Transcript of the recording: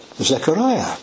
Zechariah